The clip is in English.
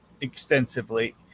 extensively